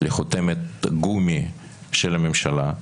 לחותמת גומי של הממשלה,